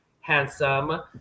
handsome